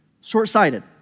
Short-sighted